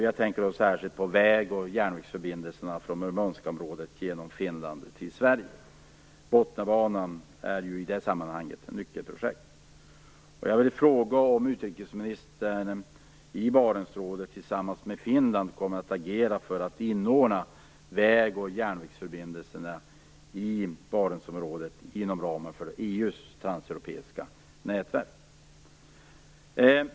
Jag tänker då särskilt på väg och järnvägsförbindelserna från Murmanskområdet genom Finland till Sverige. Botniabanan är i det sammanhanget ett nyckelprojekt. Jag vill fråga om utrikesministern i Barentsfrågor tillsammans med Finland kommer att agera för att inordna väg och järnvägsförbindelserna i Barentsområdet inom ramen för EU:s transeuropeiska nätverk.